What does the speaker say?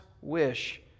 wish